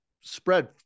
spread